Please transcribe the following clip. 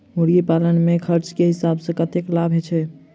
मुर्गी पालन मे खर्च केँ हिसाब सऽ कतेक लाभ छैय?